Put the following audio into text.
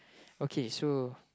okay so